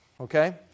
Okay